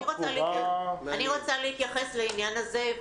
אני רוצה להתייחס לעניין הזה.